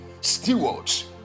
stewards